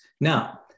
Now